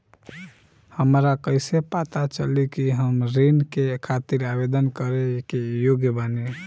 हमरा कइसे पता चली कि हम ऋण के खातिर आवेदन करे के योग्य बानी?